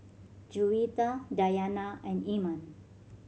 Juwita Dayana and Iman